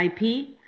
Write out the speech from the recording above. IP